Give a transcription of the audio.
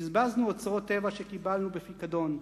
בזבזנו אוצרות טבע שקיבלנו בפיקדון.